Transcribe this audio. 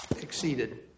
exceeded